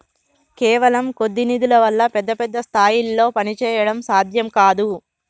కేవలం కొద్ది నిధుల వల్ల పెద్ద పెద్ద స్థాయిల్లో పనిచేయడం సాధ్యం కాదు